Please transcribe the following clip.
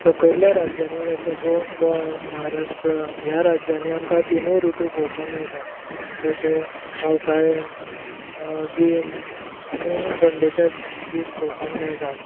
सकयल्या राज्यांनी जशें गो गोंय महाराष्ट्र ह्या राज्यांनी आमकां तिनूय ऋतू पळोवपाक मेळटात जशें पावसाळें गीम आनी थंडेचे दिस पळोवपाक मेळटात